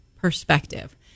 Perspective